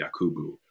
Yakubu